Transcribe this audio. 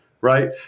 right